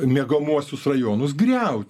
miegamuosius rajonus griaut